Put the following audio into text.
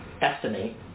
estimate